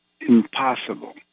impossible